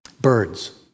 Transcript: Birds